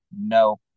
No